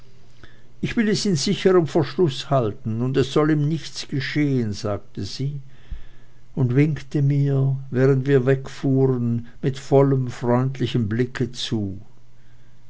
ich will es in sicherm verschluß halten und es soll ihm nichts geschehen sagte sie und winkte mir während wir wegfuhren mit vollem freundlichem blicke zu